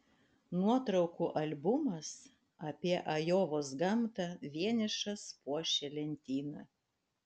nuotraukų albumas apie ajovos gamtą vienišas puošė lentyną